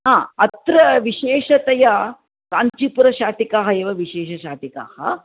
हा अत्र विशेषतया काञ्चीपुरशाटिकाः एव विशेषशाटिकाः